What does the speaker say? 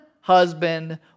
husband